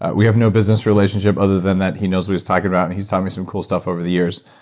ah we have no business relationship, other than that he knows what he's talking about, and he's taught me some cool stuff over the years.